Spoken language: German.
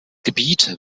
gebiet